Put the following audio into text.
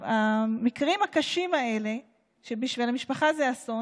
המקרים הקשים האלה, שבשביל המשפחה זה אסון,